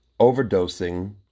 overdosing